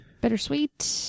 bittersweet